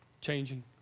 changing